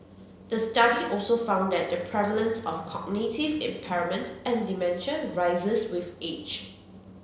the study also found that the prevalence of cognitive impairment and dementia rises with age